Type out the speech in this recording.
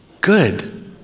good